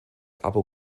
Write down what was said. abu